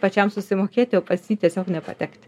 pačiam susimokėti o pas jį tiesiog nepatekti